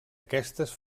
aquestes